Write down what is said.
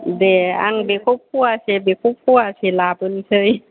दे आं बेखौ फवासे बेखौ फवासे लाबोनोसै